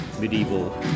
medieval